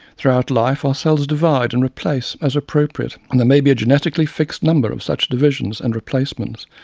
throughout life, our cells divide and replace, as appropriate, and there may be a genetically fixed number of such divisions and replacements,